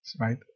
right